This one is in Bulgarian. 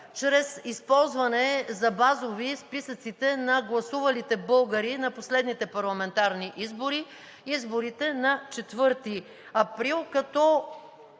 чрез използване за базови списъци на гласувалите българи на последните парламентарни избори – изборите на 4 април, като